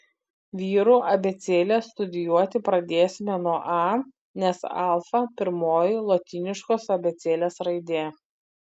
vyrų abėcėlę studijuoti pradėsime nuo a nes alfa pirmoji lotyniškos abėcėlės raidė